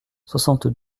soixante